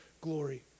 glory